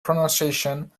pronunciation